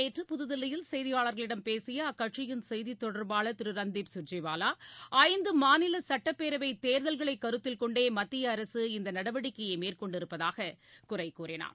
நேற்று புதுதில்லியில் செய்தியாளர்களிடம் பேசியஅக்கட்சியின் செய்தித்தொடர்பாளர் திருரன்தீப் ஐந்துமாநிலசட்டப்பேரவைதேர்தல்களைகருத்தில் சுர்ஜிவாலா கொண்டேமத்தியஅரசு இந்தநடவடிக்கையைமேற்கொண்டிருப்பதாககுறைகூறினார்